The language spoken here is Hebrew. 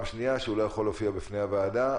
שנייה שהוא לא יכול להופיע בפני הוועדה.